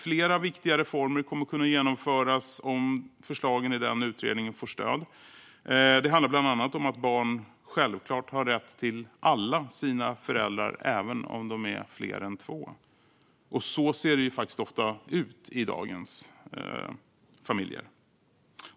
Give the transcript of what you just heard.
Flera viktiga reformer kommer att kunna genomföras om förslagen i denna utredning får stöd. Det handlar bland annat om att barn självklart har rätt till alla sina föräldrar, även om dessa är fler än två. Så ser det ju faktiskt ofta ut i dagens familjer.